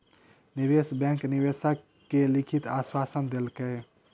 निवेश बैंक निवेशक के लिखित आश्वासन देलकै